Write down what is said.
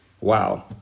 Wow